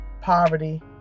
poverty